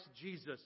Jesus